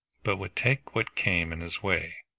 but would take what came in his way,